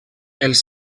els